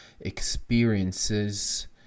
experiences